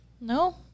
No